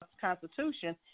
Constitution –